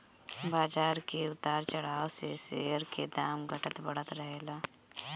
बाजार के उतार चढ़ाव से शेयर के दाम घटत बढ़त रहेला